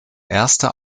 erste